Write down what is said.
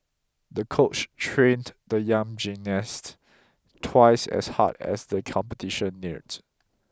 the coach trained the young gymnast twice as hard as the competition neared